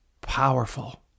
powerful